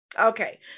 Okay